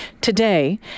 Today